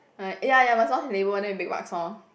uh ya ya must then big bucks lor